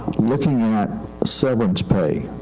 looking at severance pay.